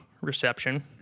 reception